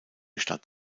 stadt